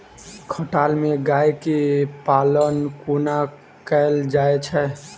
खटाल मे गाय केँ पालन कोना कैल जाय छै?